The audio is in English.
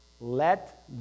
let